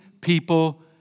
people